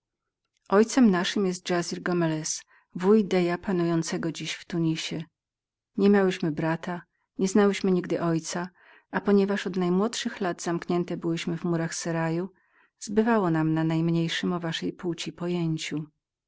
ojcem naszym jest jazir gomelez wuj panującego dziś deja w tunis niemiałyśmy brata nieznałyśmy nigdy ojca a od pierwszych lat będąc zamkniętemi w murach seraju zbywało nam na najmniejszem o waszej płci pojęciu